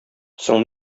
соң